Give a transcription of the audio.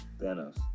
Thanos